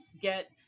get